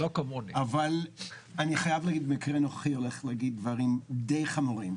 אבל אני חייב להגיד במקרה הנוכחי אני הולך להגיד דברים די חמורים.